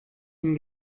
dem